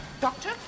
Doctor